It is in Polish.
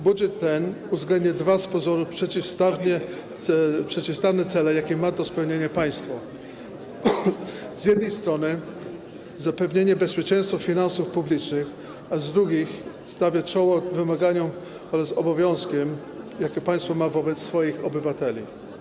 Budżet ten uwzględnia dwa z pozoru przeciwstawne cele, jakie ma do spełnienia państwo: z jednej strony zapewnia bezpieczeństwo finansów publicznych, a z drugiej strony stawia czoło wymaganiom oraz obowiązkom, jakie państwo ma wobec swoich obywateli.